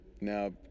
now